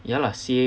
ya lah C_A